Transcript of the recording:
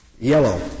Yellow